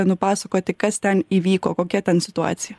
nupasakoti kas ten įvyko kokia ten situacija